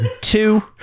two